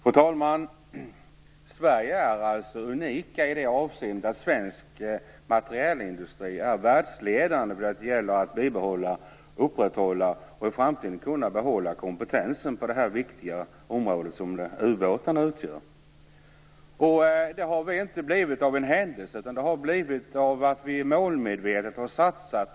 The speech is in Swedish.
Fru talman! Sverige är alltså unikt i det avseendet att svensk materielindustri är världsledande när det gäller att bibehålla, upprätthålla och i framtiden kunna behålla kompetensen på det viktiga område som ubåtarna utgör. Vi har inte blivit världsledande av en händelse utan på grund av att vi målmedvetet har satsat.